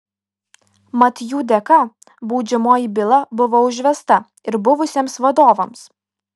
mat jų dėka baudžiamoji byla buvo užvesta ir buvusiems vadovams